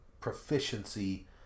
proficiency